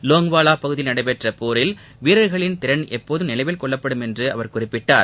லோங்வாலா பகுதியில் நடைபெற்ற போரில் வீரர்களின் திறன் எப்போதும் நினைவில் கொள்ளப்படும் என்று அவர் குறிப்பிட்டார்